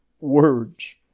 words